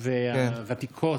את שליחותי בכנסת".